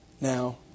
Now